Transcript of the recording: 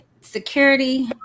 security